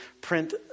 print